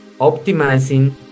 Optimizing